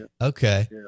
Okay